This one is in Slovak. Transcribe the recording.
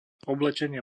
oblečenie